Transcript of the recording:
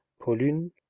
polun